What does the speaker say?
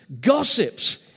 gossips